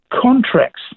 contracts